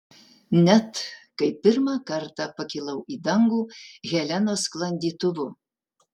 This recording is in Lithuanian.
net kai pirmą kartą pakilau į dangų helenos sklandytuvu